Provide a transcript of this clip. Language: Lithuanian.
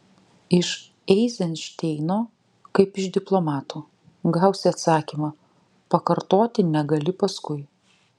iš eizenšteino kaip iš diplomato gausi atsakymą pakartoti negali paskui